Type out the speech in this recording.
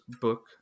book